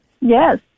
Yes